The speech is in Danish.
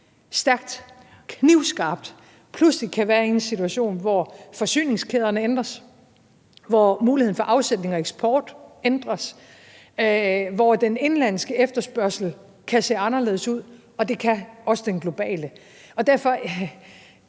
stærkt, knivskarpt, pludselig kan være i en situation, hvor forsyningskæderne ændres, hvor muligheden for afsætning og eksport ændres, og hvor den indenlandske efterspørgsel kan se anderledes ud, hvilket den globale også kan.